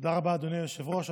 תודה רבה, אדוני היושב-ראש.